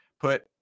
put